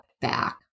back